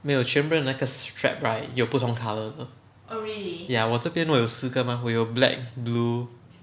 没有全部人的那个 strap right 有不同 colour 的 ya 我这边我有四个 mah 我有 black blue